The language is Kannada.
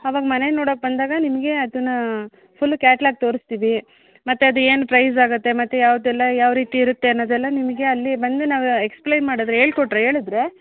ಅವಾಗ ಮನೆ ನೋಡಕ್ಕೆ ಬಂದಾಗ ನಿಮಗೆ ಅದನ್ನ ಫುಲ್ ಕ್ಯಾಟ್ಲಾಗ್ ತೋರಿಸ್ತೀವಿ ಮತ್ತು ಅದು ಏನು ಪ್ರೈಜ್ ಆಗುತ್ತೆ ಮತ್ತು ಯಾವುದೆಲ್ಲ ಯಾವ ರೀತಿ ಇರುತ್ತೆ ಅನ್ನೋದೆಲ್ಲ ನಿಮಗೆ ಅಲ್ಲಿ ಬಂದು ನಾವು ಎಕ್ಸ್ಪ್ಲೇನ್ ಮಾಡಿದ್ರ್ ಹೇಳ್ ಕೊಟ್ಟರೆ ಹೇಳದ್ರೆ